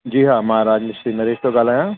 जी हा मां राजमिस्त्री नरेश थो ॻाल्हायां